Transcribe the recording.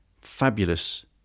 fabulous